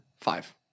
five